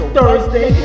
Thursday